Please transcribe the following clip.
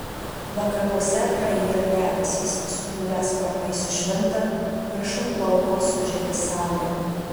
vakaruose prayra debesys sukniubę sparnai sušvinta viršum lauko sužėri saulė